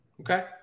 Okay